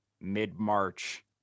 mid-March